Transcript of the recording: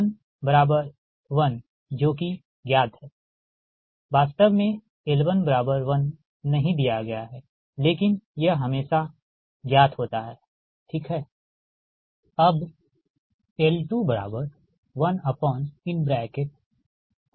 L1 1 जो कि ज्ञात है वास्तव में L1 1 नहीं दिया गया है लेकिन यह हमेशा ज्ञात होता है ठीक है